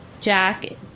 Jack